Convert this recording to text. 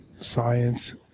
science